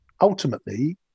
ultimately